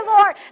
Lord